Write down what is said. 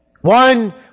One